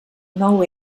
nou